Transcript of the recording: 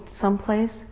someplace